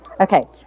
Okay